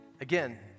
again